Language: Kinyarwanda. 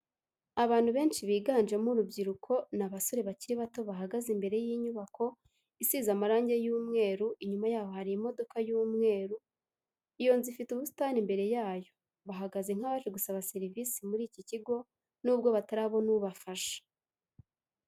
Abantu benshi biganjemo urubyiruko ni abasore bakiri bato bahagaze imbere y'inyubako isize marangi y'umweru inyuma yabo hari imodoka y'umweru, iyo nzu ifite ubusitani imbere yayo, bahagaze nk'abaje gusaba serivisi muri iki kigo nubwo batarabona ubafasha.